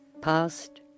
past